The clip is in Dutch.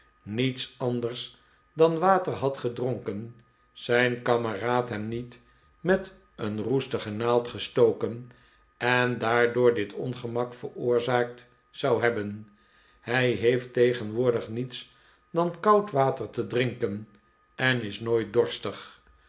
niets anders dan water had gedronken zijn kameraad hem niet met een roestige naald gestoken en daardoor dit ongemak yeroorzaakt zou hebben hij heeft tegenwoordig niets dan koud water te drinken en is nooit dorstig